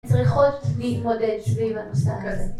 צריכות להתמודד סביב הנושא הזה.